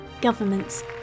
governments